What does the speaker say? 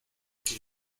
que